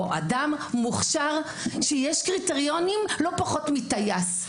או אדם מוכשר שיש קריטריונים לא פחות מטייס.